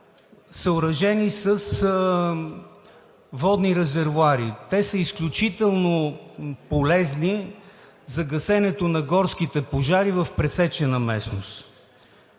съоръжени с водни резервоари. Те са изключително полезни за гасенето на горските пожари в пресечена местност.